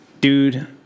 dude